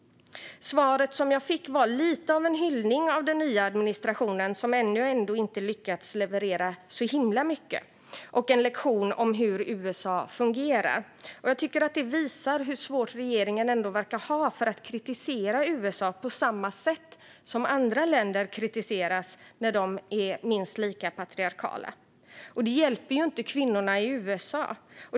Svaret jag fick var lite av en hyllning av den nya administrationen, som ännu inte lyckats leverera särskilt mycket, och en lektion om hur USA fungerar. Det visar hur svårt regeringen verkar ha för att kritisera USA på samma sätt som andra patriarkala länder kritiseras. Men detta hjälper ju inte kvinnorna i USA.